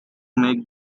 make